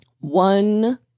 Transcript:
one